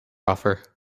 offer